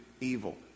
evil